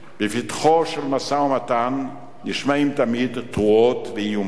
בפתחו של משא-ומתן נשמעים תמיד תרועות ואיומים.